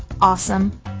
awesome